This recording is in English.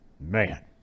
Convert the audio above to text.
man